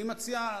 אני מציע,